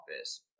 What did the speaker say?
office